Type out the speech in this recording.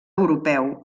europeu